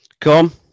Come